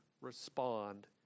respond